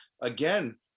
again